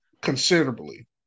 considerably